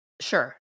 Sure